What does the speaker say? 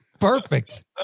Perfect